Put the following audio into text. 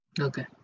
okay